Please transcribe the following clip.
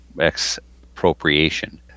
expropriation